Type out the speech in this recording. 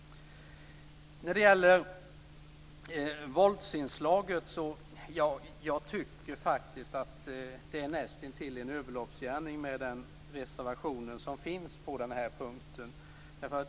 När det gäller våldsinslagen tycker jag att den reservation som finns på den här punkten är nästintill en överloppsgärning.